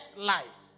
life